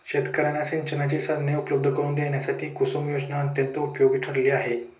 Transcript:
शेतकर्यांना सिंचनाची साधने उपलब्ध करून देण्यासाठी कुसुम योजना अत्यंत उपयोगी ठरली आहे